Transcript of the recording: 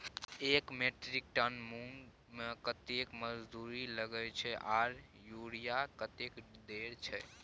एक metric ton मूंग में कतेक मजदूरी लागे छै आर यूरिया कतेक देर छै?